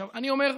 עכשיו, אני אומר: